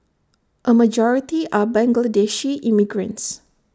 A majority are Bangladeshi immigrants